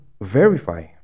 verify